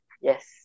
Yes